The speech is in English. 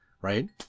right